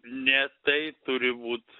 ne tai turi būt